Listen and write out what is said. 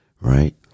right